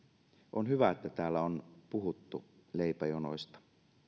on hyvä että täällä on puhuttu leipäjonoista